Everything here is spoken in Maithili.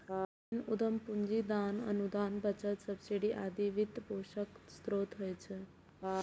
ऋण, उद्यम पूंजी, दान, अनुदान, बचत, सब्सिडी आदि वित्तपोषणक स्रोत होइ छै